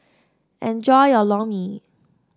enjoy your Lor Mee